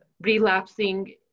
relapsing